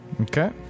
Okay